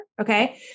Okay